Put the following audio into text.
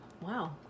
Wow